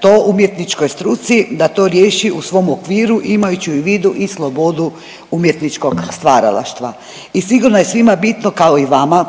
to umjetničkoj struci da to riješi u svom okviru imajući u vidu i slobodu umjetničkog stvaralaštva i sigurno je svima bitno, kao i vama